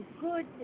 good